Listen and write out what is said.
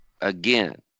Again